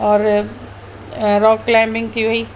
और rock climbing थी वई